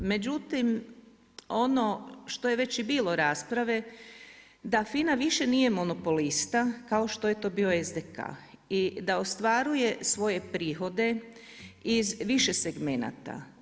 Međutim, ono što je već i bilo rasprave da FINA više nije monopolista kao što je bilo SDK i da ostvaruje svoje prihode iz više segmenata.